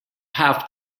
have